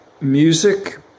music